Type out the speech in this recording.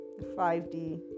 5d